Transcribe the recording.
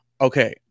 Okay